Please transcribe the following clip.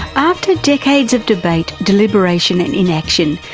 after decades of debate, deliberation and inaction,